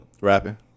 rapping